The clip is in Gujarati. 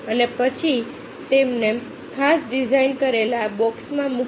અને પછી તેમને ખાસ ડિઝાઇન કરેલા બોક્સમાં મૂકો